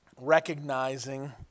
recognizing